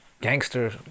gangster